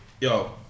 Yo